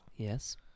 Yes